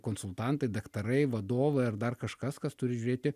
konsultantai daktarai vadovai ar dar kažkas kas turi žiūrėti